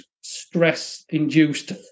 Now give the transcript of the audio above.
stress-induced